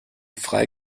frei